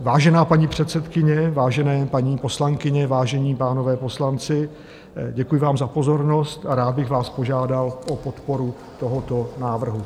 Vážená paní předsedající, vážené paní poslankyně, vážení páni poslanci, děkuji vám za pozornost a rád bych vás požádal o podporu tohoto návrhu.